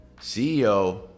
CEO